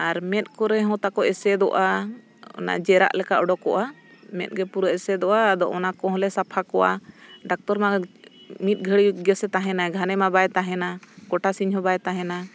ᱟᱨ ᱢᱮᱫ ᱠᱚᱨᱮ ᱦᱚᱸ ᱛᱟᱠᱚ ᱮᱥᱮᱫᱚᱜᱼᱟ ᱚᱱᱟ ᱡᱮᱨᱟᱜ ᱞᱮᱠᱟ ᱩᱰᱩᱠᱚᱜᱼᱟ ᱢᱮᱫ ᱜᱮ ᱯᱩᱨᱟᱹ ᱮᱥᱮᱫᱚᱜᱼᱟ ᱟᱫᱚ ᱚᱱᱟ ᱠᱚᱦᱚᱸ ᱞᱮ ᱥᱟᱯᱷᱟ ᱠᱚᱣᱟ ᱰᱟᱠᱛᱚᱨ ᱢᱟ ᱢᱤᱫ ᱜᱷᱟᱹᱲᱤᱡ ᱜᱮᱥᱮ ᱛᱟᱦᱮᱱᱟᱭ ᱜᱷᱟᱱᱮᱢᱟ ᱵᱟᱭ ᱛᱟᱦᱮᱱᱟ ᱜᱚᱴᱟ ᱥᱤᱧ ᱦᱚᱸ ᱵᱟᱭ ᱛᱟᱦᱮᱱᱟ